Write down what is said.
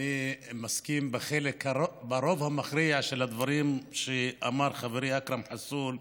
אני מסכים לרוב המכריע של הדברים שאמר חברי אכרם חסון.